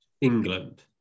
England